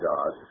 God